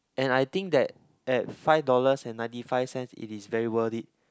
and I think that at five dollars and ninety five cents it is very worth it